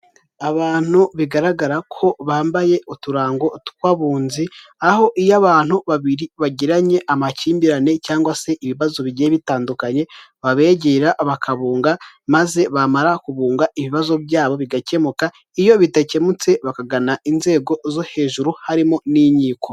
Abantu bigaragara ko bambaye uturango tw'abunzi aho iyo abantu babiri bagiranye amakimbirane cyangwa se ibibazo bigiye bitandukanye babegera bakabunga maze bamara kubunga ibibazo byabo bigakemuka, iyo bidakemutse bakagana inzego zo hejuru harimo n'inkiko.